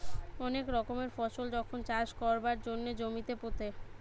অনেক রকমের ফসল যখন চাষ কোরবার জন্যে জমিতে পুঁতে